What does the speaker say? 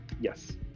Yes